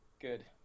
Good